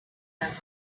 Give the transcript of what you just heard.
them